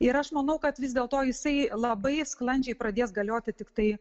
ir aš manau kad vis dėlto jisai labai sklandžiai pradės galioti tiktai